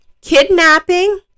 Kidnapping